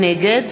נגד